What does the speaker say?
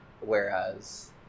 whereas